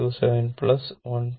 727 1